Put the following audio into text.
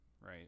right